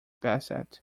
bassett